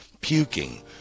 puking